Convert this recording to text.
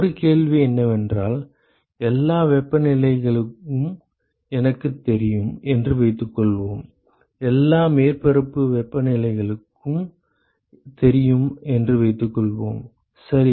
ஒரு கேள்வி என்னவென்றால் எல்லா வெப்பநிலைகளும் எனக்குத் தெரியும் என்று வைத்துக்கொள்வோம் எல்லா மேற்பரப்பு வெப்பநிலைகளும் தெரியும் என்று வைத்துக்கொள்வோம் சரி